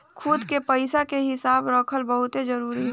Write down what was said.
खुद के पइसा के हिसाब रखल बहुते जरूरी होला